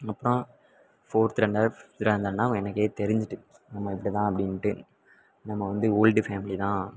அப்புறம் fourth rank fifth rank வந்தொன்னே எனக்கே தெரிஞ்சுட்டு நம்ம இப்படிதான் அப்படின்ட்டு நம்ம வந்து ஓல்டு ஃபேம்லி தான்